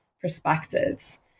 perspectives